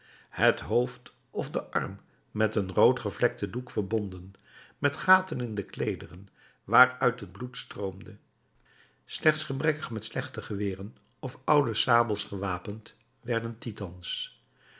het hoofd of den arm met een roodgevlekten doek verbonden met gaten in de kleederen waaruit het bloed stroomde slechts gebrekkig met slechte geweren of oude sabels gewapend werden titans